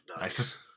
Nice